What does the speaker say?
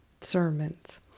sermons